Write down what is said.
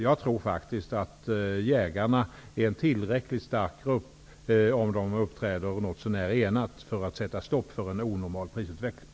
Jag tror faktiskt att jägarna är en tillräckligt stark grupp, om de uppträder något så när enade, för att sätta stopp för en onormal prisutveckling.